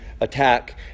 attack